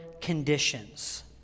conditions